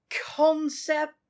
concept